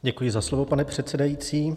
Děkuji za slovo, pane předsedající.